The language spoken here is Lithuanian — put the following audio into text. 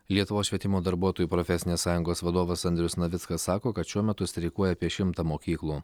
lietuvos švietimo darbuotojų profesinės sąjungos vadovas andrius navickas sako kad šiuo metu streikuoja apie šimtą mokyklų